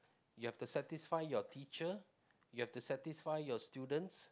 you have to satisfy your teacher you have satisfy your students